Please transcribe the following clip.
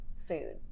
food